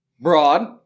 Broad